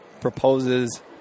proposes